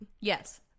Yes